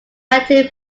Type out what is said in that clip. native